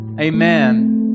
amen